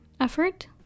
effort